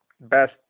best